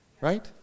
Right